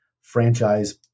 franchise